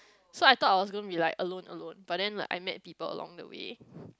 so I thought I was gonna be like alone alone but then like I met people along the way